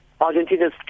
Argentina